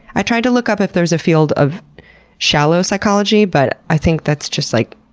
i tried to look up if there is a field of shallow psychology but i think that's just, like,